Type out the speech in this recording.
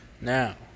now